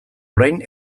orain